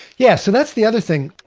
yeah. so that's the other thing.